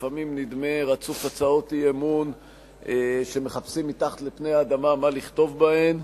לפעמים נדמה רצוף הצעות אי-אמון שמחפשים מתחת לפני האדמה מה לכתוב בהן.